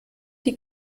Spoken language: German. die